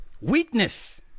Weakness